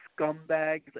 Scumbags